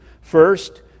First